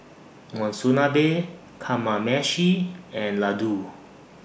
Monsunabe Kamameshi and Ladoo